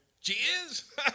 Cheers